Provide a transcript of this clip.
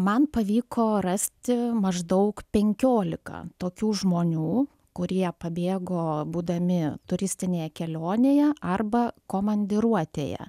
man pavyko rasti maždaug penkiolika tokių žmonių kurie pabėgo būdami turistinėje kelionėje arba komandiruotėje